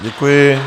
Děkuji.